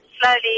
slowly